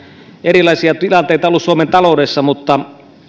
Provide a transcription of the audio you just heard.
erilaisia tilanteita ollut suomen taloudessa mutta